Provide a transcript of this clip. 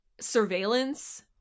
surveillance